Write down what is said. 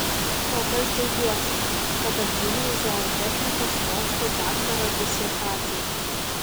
kol kas džiaugiuosi kad apgyniau zootechnikos mokslų daktaro disertaciją